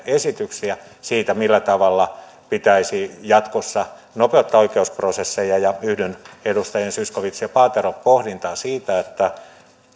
esityksiä siitä millä tavalla pitäisi jatkossa nopeuttaa oikeusprosesseja yhdyn edustajien zyskowicz ja paatero pohdintaan siitä että